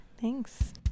Thanks